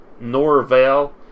Norvell